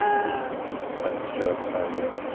ah my sister, at the time, was,